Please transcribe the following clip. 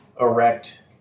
erect